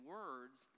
words